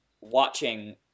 watching